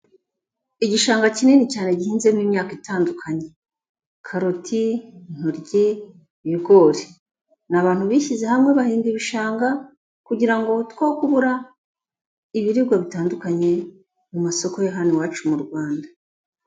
Igishanga kinini cyane gihinzemo imyaka itandukanye: karoti, intoryi, ibigori. Ni abantu bishyize hamwe bahinga ibishanga kugira ngo two kubura ibiribwa bitandukanye mu masoko ya hano iwacu mu Rwanda.